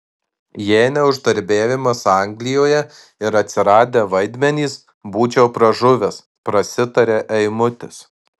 jei ne uždarbiavimas anglijoje ir atsiradę vaidmenys būčiau pražuvęs prasitaria eimutis